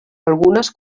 algunes